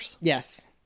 Yes